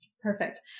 perfect